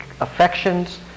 affections